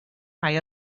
rhai